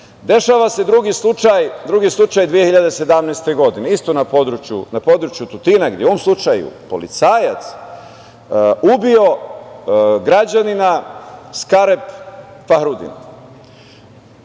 kazna.Dešava se drugi slučaj 2017. godine, isto na području Tutina, gde je u ovom slučaju policajac ubio građanina Skarep Fahrudin,